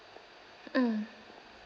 mm